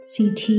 CT